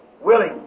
Willing